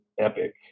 epic